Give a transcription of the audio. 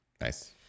Nice